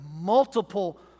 multiple